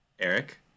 Eric